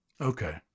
Okay